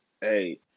Hey